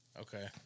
Okay